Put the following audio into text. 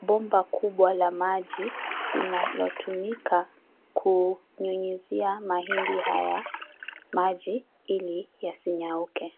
bomba kubwa la maji linalotumika kunyunyuzia mahindi haya maji ili yasinyauke.